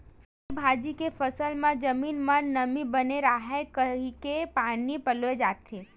सब्जी भाजी के फसल म जमीन म नमी बने राहय कहिके पानी पलोए जाथे